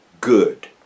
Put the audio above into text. good